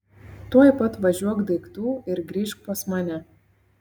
tuoj pat važiuok daiktų ir grįžk pas mane